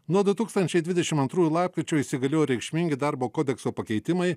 nuo du tūkstančiai dvidešim antrųjų lapkričio įsigaliojo reikšmingi darbo kodekso pakeitimai